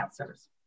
answers